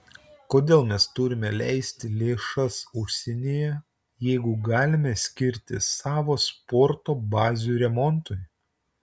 kodėl mes turime leisti lėšas užsienyje jeigu galime skirti savo sporto bazių remontui